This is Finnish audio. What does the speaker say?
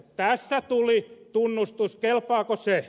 tässä tuli tunnustus kelpaako se